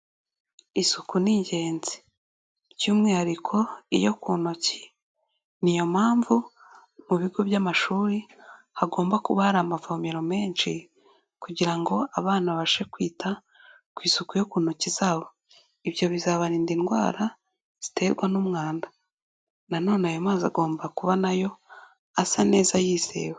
Isuku ni ingenzi by'umwihariko iyo ku ntoki, ni yo mpamvu mu bigo by'amashuri hagomba kuba hari amavomero menshi kugira ngo abana babashe kwita ku isuku yo ku ntoki zabo, ibyo bizabarinda indwara ziterwa n'umwanda na none ayo mazi agomba kuba na yo asa neza yizewe.